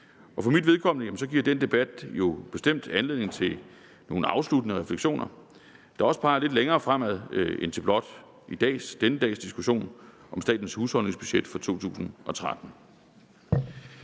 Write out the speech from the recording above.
For mit vedkommende giver den debat bestemt anledning til nogle afsluttende refleksioner, der også peger lidt længere fremad end til blot denne dags diskussion om statens husholdningsbudget for 2013.